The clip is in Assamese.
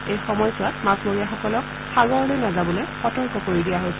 এই সময়ছোৱাত মাছমৰীয়া সকলক সাগৰলৈ নাযাবলৈ সতৰ্ক কৰি দিয়া হৈছে